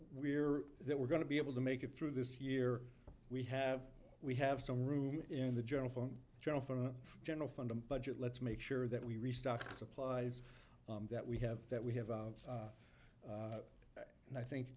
we're that we're going to be able to make it through this year we have we have some room in the journal for journal for a general fund budget let's make sure that we restock supplies that we have that we have and i think and i think